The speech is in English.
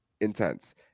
intense